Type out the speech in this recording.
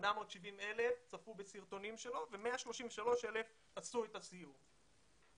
870,000 צפו בסרטונים שלו ו-133,000 עשו את הסיור.